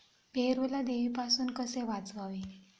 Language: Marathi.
पेरूला देवीपासून कसे वाचवावे?